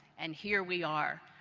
and here we are.